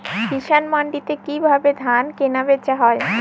কৃষান মান্ডিতে কি ভাবে ধান কেনাবেচা হয়?